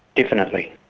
definitely.